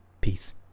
Peace